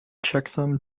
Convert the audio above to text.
checksum